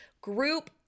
group